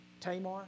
Tamar